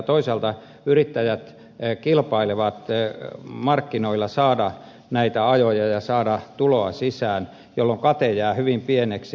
toisaalta yrittäjät kilpailevat markkinoilla saadakseen näitä ajoja ja saadakseen tuloa sisään jolloin kate jää hyvin pieneksi